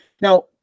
Now